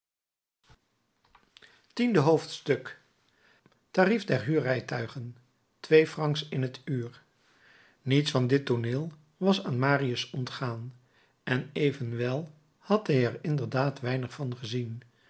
tiende hoofdstuk tarief der huurrijtuigen twee francs in t uur niets van dit tooneel was aan marius ontgaan en evenwel had hij er inderdaad weinig van gezien